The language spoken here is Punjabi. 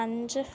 ਪੰਜ